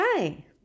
Hi